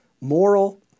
moral